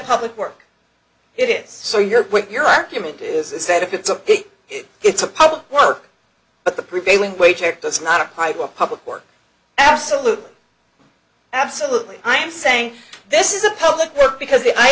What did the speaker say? public work it is so your point your argument is that if it's a it's a public work but the prevailing wage or does not apply to a public work absolutely absolutely i'm saying this is a public work because